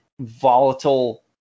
volatile